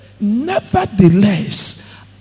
nevertheless